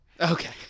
Okay